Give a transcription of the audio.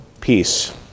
Peace